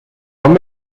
dan